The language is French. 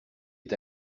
est